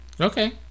Okay